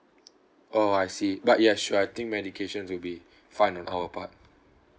oh I see but ya sure I think medications will be fine at our part